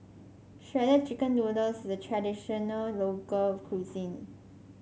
Shredded Chicken Noodles the traditional local cuisine